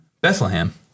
Bethlehem